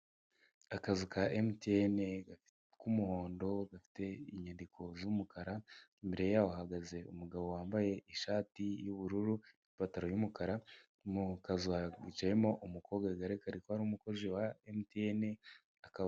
Akazu ka MTN kumuhondo gafite inyandiko z'umukara imbere yaho hahagaze umugabo wambaye ishati y'ubururu ipantaro y'umukara mu kazu hicayemo umukobwa bigarara ko ari umukozi wa MTN .